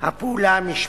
הפעולה המשפטית.